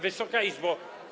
Wysoka Izbo!